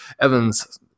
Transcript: evans